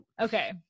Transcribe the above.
Okay